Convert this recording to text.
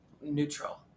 neutral